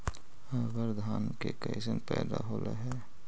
अबर धान के कैसन पैदा होल हा?